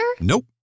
Nope